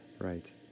right